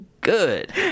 good